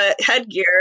headgear